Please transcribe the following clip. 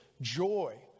joy